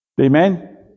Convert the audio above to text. Amen